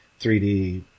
3D